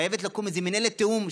חייבת לקום איזו מינהלת תיאום,